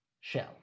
shell